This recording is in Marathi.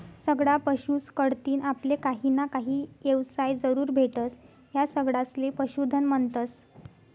सगळा पशुस कढतीन आपले काहीना काही येवसाय जरूर भेटस, या सगळासले पशुधन म्हन्तस